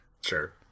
Sure